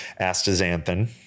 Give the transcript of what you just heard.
astaxanthin